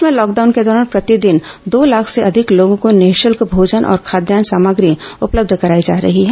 प्रदेश में लॉकडाउन के दौरान प्रतिदिन दो लाख से अधिक लोगों को निःशुल्क भोजन और खाद्यान्न सामग्री उपलब्ध कराई जा रही है